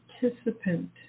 participant